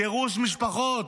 גירוש משפחות.